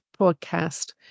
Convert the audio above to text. podcast